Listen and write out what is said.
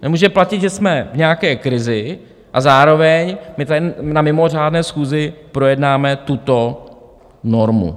Nemůže platit, že jsme v nějaké krizi, a zároveň na mimořádné schůzi projednáme tuto normu.